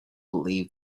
believed